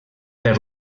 per